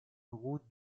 route